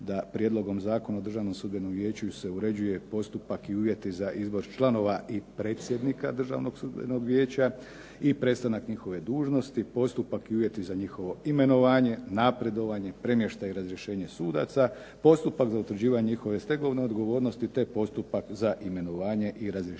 da prijedlogom Zakona o Državnom sudbenom vijeću se uređuje postupak i uvjeti za …/Ne razumije se./… članova i predsjednika Državnog sudbenog vijeća i prestanak njihove dužnosti, postupak i uvjeti za njihovo imenovanje, napredovanje, premještaj i razrješenje sudaca, postupak za utvrđivanje njegove stegovne odgovornosti, te postupak za imenovanje i razrješenje